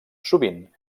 sovint